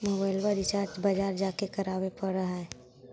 मोबाइलवा रिचार्ज बजार जा के करावे पर है?